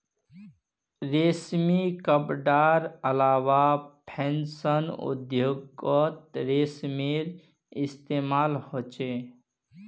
रेशमी कपडार अलावा फैशन उद्द्योगोत रेशमेर इस्तेमाल होचे